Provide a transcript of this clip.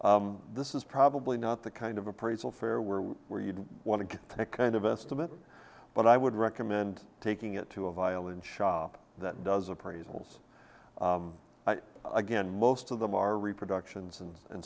this is probably not the kind of appraisal fair we're where you'd want to get that kind of estimate but i would recommend taking it to a violin shop that does appraisals again most of them are reproductions